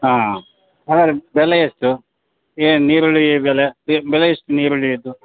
ಹಾಂ ಹಾಂ ಬೆಲ್ಲ ಎಷ್ಟು ಏನು ಈರುಳ್ಳಿ ಬೆಲೆ ಬೆಲೆ ಎಷ್ಟು ಈರುಳ್ಳಿದು